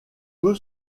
peu